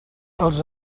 els